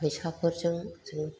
फैसाफोरजों जों